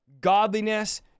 godliness